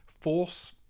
force